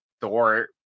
Thor